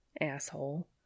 Asshole